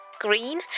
green